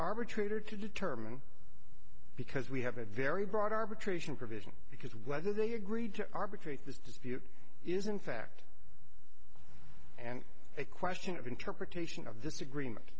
arbitrator to determine because we have a very broad arbitration provision because whether they agreed to arbitrate this dispute is in fact and a question of interpretation of this agreement